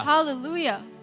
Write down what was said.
Hallelujah